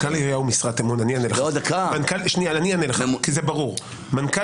מנכ"ל עירייה הוא משרת אמון של ראש העיר.